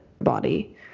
body